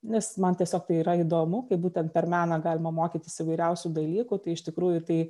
nes man tiesiog tai yra įdomu kaip būtent per meną galima mokytis įvairiausių dalykų tai iš tikrųjų tai